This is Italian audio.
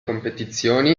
competizioni